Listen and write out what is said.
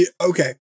okay